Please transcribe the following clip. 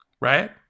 Right